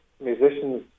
musicians